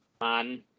man